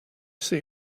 see